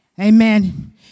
Amen